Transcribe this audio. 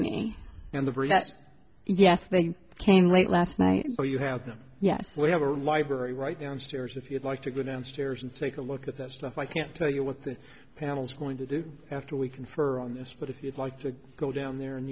breast yes they came late last night so you have them yes we have a library right downstairs if you'd like to go downstairs and take a look at that stuff i can't tell you what the panel's going to do after we confer on this but if you'd like to go down there and